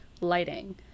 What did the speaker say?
lighting